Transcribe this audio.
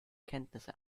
kenntnisse